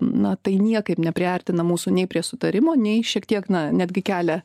na tai niekaip nepriartina mūsų nei prie sutarimo nei šiek tiek na netgi kelia